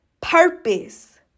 purpose